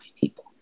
people